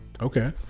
Okay